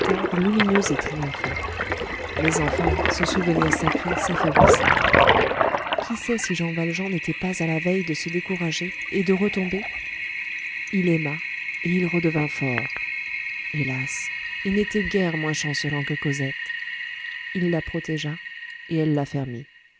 lumineux et triomphant mais enfin ce souvenir sacré s'affaiblissait qui sait si jean valjean n'était pas à la veille de se décourager et de retomber il aima et il redevint fort hélas il n'était guère moins chancelant que cosette il la protégea et elle